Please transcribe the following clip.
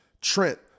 Trent